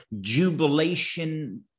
jubilation